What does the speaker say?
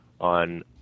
on